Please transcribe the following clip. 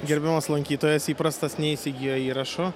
gerbiamas lankytojas įprastas neįsigijo įrašų